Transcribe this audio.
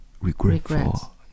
regretful